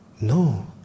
No